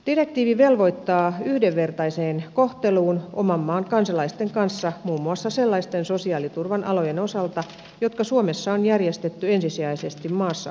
direktiivi velvoittaa yhdenvertaiseen kohteluun oman maan kansalaisten kanssa muun muassa sellaisten sosiaaliturvan alojen osalta jotka suomessa on järjestetty ensisijaisesti maassa asuville